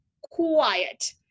quiet